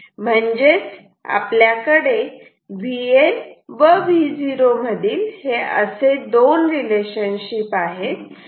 म्हणजेच आपल्याकडे Vn व Vo मधील हे असे 2 रिलेशनशिप आहेत